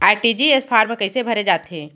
RTGS form कइसे भरे जाथे?